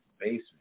basement